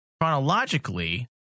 Chronologically